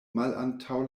malantaŭ